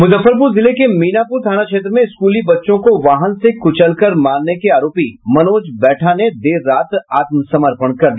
मुजफ्फरपुर जिले के मीनापुर थाना क्षेत्र में स्कूली बच्चों को वाहन से कुचल कर मारने के आरोपी मनोज बैठा ने देर रात आत्मसमर्पण कर दिया